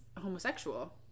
homosexual